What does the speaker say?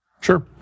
Sure